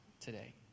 today